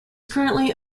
currently